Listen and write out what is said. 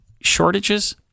shortages